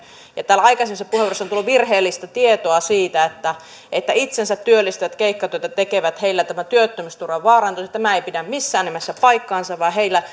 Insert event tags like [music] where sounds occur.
täällä on aikaisemmissa puheenvuoroissa tullut virheellistä tietoa siitä että että itsensä työllistävillä keikkatyötä tekevillä tämä työttömyysturva vaarantuisi tämä ei pidä missään nimessä paikkaansa vaan heillä [unintelligible]